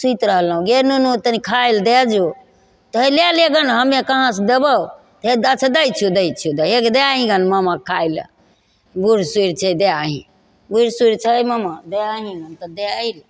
सुति रहलहुँ गे नुनू तनि खाइल दै जो तऽ लए ले गनऽ हमे कहाँ से देबौ हे तऽ दै छियौ दै छियौ हे गइ दए आहिन गऽ ममाके खाइ लए बुढ़ सुढ़ छै दए आही बुढ़ सुढ़ छै ममा दए आहिन तऽ दए अइली